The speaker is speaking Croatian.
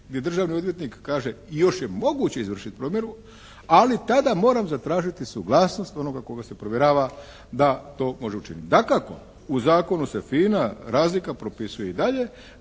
gdje državni odvjetnik kaže još je moguće izvršiti provjeru ali tada moram zatražiti suglasnost onoga koga se provjerava da to može učiniti. Dakako u zakonu se fina razlika propisuje i dalje